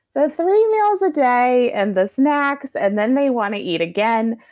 the three meals a day and the snacks, and then they want to eat again.